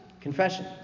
confession